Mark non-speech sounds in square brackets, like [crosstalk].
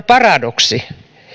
[unintelligible] paradoksi